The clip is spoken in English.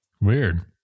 Weird